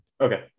okay